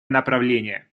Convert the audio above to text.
направление